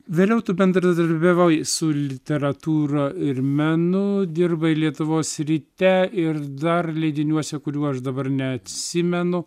vėliau tu bendradarbiavai su literatūra ir menu dirbai lietuvos ryte ir dar leidiniuose kurių aš dabar neatsimenu